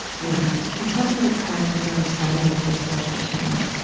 yeah contemplative practice as a strategy for social change.